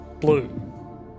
blue